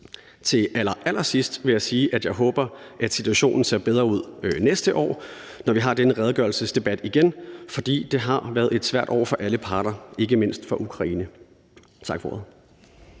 allerallersidst vil jeg sige, at jeg håber, at situationen ser bedre ud næste år, når vi har den her redegørelsesdebat igen, for det har været et svært år for alle parter, ikke mindst Ukraine. Tak for ordet.